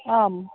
आम्